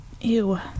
ew